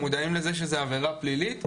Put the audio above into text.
הם מודעים לזה שזה עבירה פלילית,